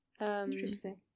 Interesting